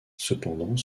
cependant